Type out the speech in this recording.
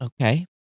Okay